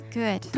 good